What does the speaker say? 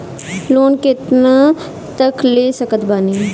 Loan कितना तक ले सकत बानी?